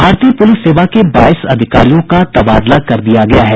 भारतीय पुलिस सेवा के बाईस अधिकारियों का तबादला कर दिया गया है